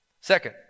Second